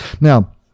now